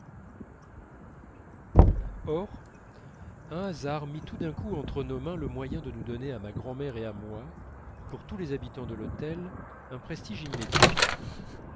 un hasard mit tout d'un coup entre nos mains le moyen de nous donner à ma grand'mère et à moi pour tous les habitants de l'hôtel un prestige immédiat